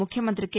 ముఖ్యమంగ్రి K